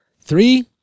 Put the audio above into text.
Three